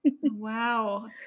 Wow